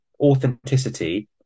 authenticity